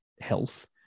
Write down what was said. health